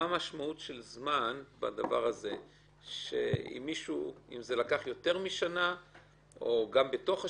מה המשמעות של זמן בדבר הזה אם זה לקח יותר משנה או גם בתוך השנה?